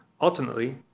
Ultimately